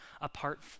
apart